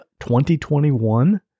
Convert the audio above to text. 2021